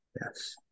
Yes